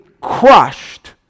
crushed